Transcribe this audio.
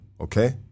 Okay